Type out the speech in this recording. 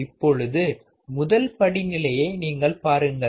இப்பொழுதுமுதல் படிநிலையை நீங்கள் பாருங்கள்